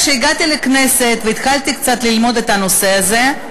כשהגעתי לכנסת והתחלתי קצת ללמוד את הנושא הזה,